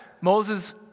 Moses